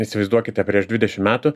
įsivaizduokite prieš dvidešim metų